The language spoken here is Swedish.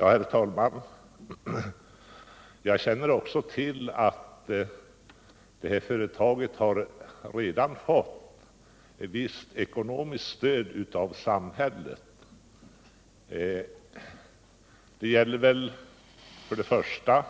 Herr talman! Jag känner till att företaget redan har fått visst ekonomiskt stöd av samhället. Om jag inte tar fel har det först och